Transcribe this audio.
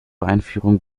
einführung